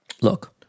Look